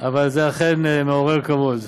אבל זה אכן מעורר כבוד.